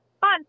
Fun